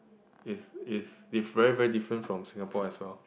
is is is very very different from Singapore as well